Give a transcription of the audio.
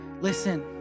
listen